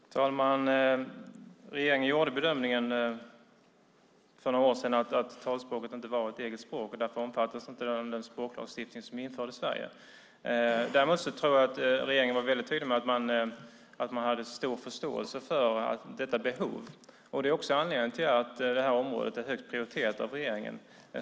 Herr talman! Regeringen gjorde för några år sedan bedömningen att talspråket inte var ett eget språk och därför inte omfattades av den språklagstiftning som är införd i Sverige. Däremot var regeringen tydlig med att man hade stor förståelse för detta behov. Det är anledningen till att det här området är högt prioriterat av regeringen.